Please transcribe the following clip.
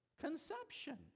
conception